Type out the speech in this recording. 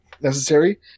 necessary